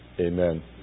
Amen